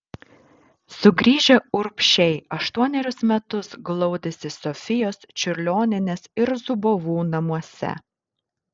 sugrįžę urbšiai aštuonerius metus glaudėsi sofijos čiurlionienės ir zubovų namuose